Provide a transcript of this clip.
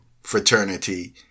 fraternity